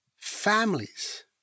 families